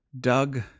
Doug